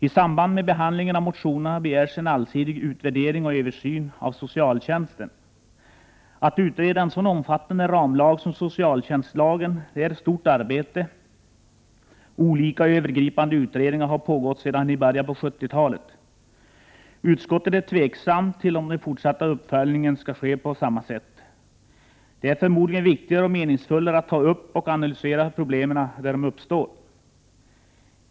I några motioner begärs en allsidig utvärdering och översyn av socialtjänstlagen. Att utreda en så omfattande ramlag som socialtjänstlagen är ett stort arbete. Olika övergripande utredningar har pågått sedan början av 1970 talet. Utskottet är tveksamt till om den fortsatta uppföljningen skall ske på samma sätt. Det är förmodligen viktigare och meningsfullare att ta upp och analysera problemen där de uppstår.